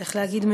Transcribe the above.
איך להגיד,